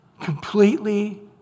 completely